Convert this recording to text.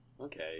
okay